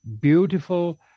beautiful